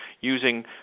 using